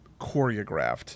choreographed